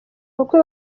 ubukwe